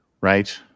right